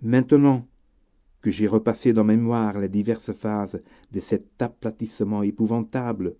maintenant que j'ai repassé dans ma mémoire les diverses phases de cet aplatissement épouvantable